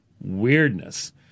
Weirdness